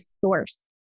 source